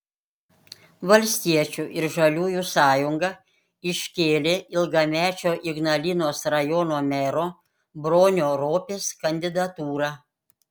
valstiečių ir žaliųjų sąjunga iškėlė ilgamečio ignalinos rajono mero bronio ropės kandidatūrą